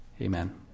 Amen